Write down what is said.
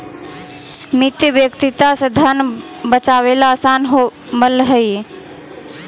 मितव्ययिता से धन बचावेला असान होवऽ हई